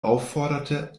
aufforderte